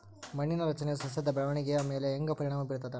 ಮಣ್ಣಿನ ರಚನೆಯು ಸಸ್ಯದ ಬೆಳವಣಿಗೆಯ ಮೇಲೆ ಹೆಂಗ ಪರಿಣಾಮ ಬೇರ್ತದ?